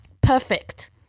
perfect